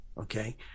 Okay